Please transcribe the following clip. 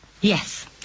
Yes